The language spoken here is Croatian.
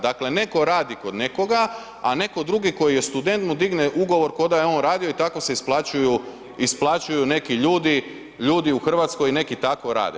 Dakle netko radi kod nekoga, a netko drugi koji je student mu digne ugovor ko da je on radio i tako se isplaćuju neki ljudi u Hrvatskoj neki tako rade.